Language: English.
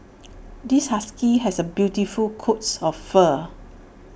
this husky has A beautiful coat of fur